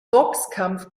boxkampf